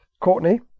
Courtney